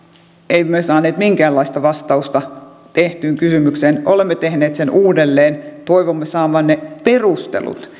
emme saaneet minkäänlaista vastausta tehtyyn kysymykseen olemme tehneet sen uudelleen toivomme saavamme perustelut